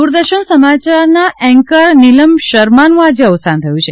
દ્વરદર્શન સમાચારની એન્કર નિલમ શર્માનું આજે અવસાન થયું છે